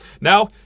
Now